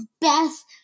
best